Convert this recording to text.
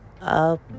up